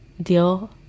deal